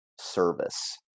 service